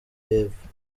y’epfo